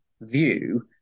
view